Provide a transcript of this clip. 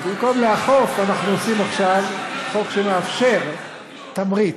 במקום לאכוף אנחנו עושים עכשיו חוק שמאפשר תמריץ.